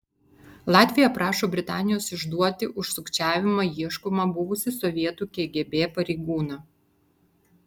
latvija prašo britanijos išduoti už sukčiavimą ieškomą buvusį sovietų kgb pareigūną